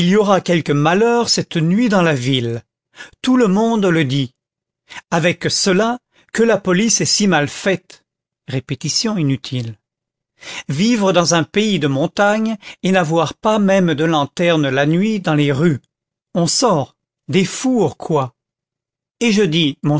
aura quelque malheur cette nuit dans la ville tout le monde le dit avec cela que la police est si mal faite répétition inutile vivre dans un pays de montagnes et n'avoir pas même de lanternes la nuit dans les rues on sort des fours quoi et je dis